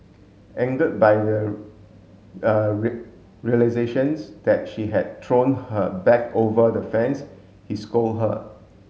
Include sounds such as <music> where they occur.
angered by the <hesitation> <unintelligible> realizations that she had thrown her bag over the fence he scold her